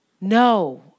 No